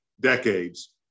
decades